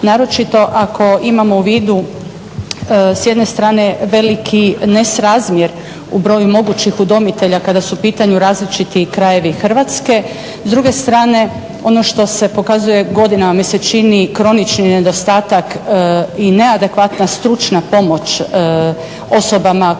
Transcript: naročito ako imamo u vidu s jedne strane veliki nesrazmjer u broju mogućih udomitelja kada su u pitanju različiti krajevi Hrvatske. S druge strane, ono što se pokazuje godinama mi se čini kronični nedostatak i neadekvatna stručna pomoć osobama koje se